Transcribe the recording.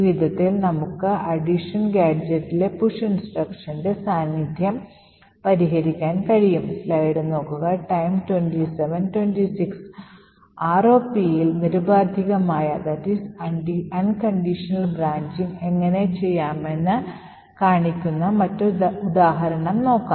ഈ വിധത്തിൽ നമുക്ക് addition gadgetലെ push instructioന്റെ സാന്നിധ്യം പരിഹരിക്കാൻ കഴിയും ROP ൽ നിരുപാധികമായ ബ്രാഞ്ചിംഗ് എങ്ങനെ ചെയ്യാമെന്ന് കാണിക്കുന്ന മറ്റൊരു ഉദാഹരണം നോക്കാം